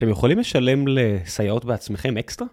אתם יכולים לשלם לסייעות בעצמכם אקסטרא?